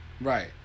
Right